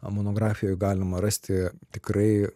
monografijoj galima rasti tikrai